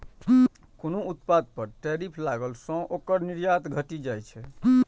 कोनो उत्पाद पर टैरिफ लगला सं ओकर निर्यात घटि जाइ छै